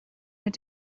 mit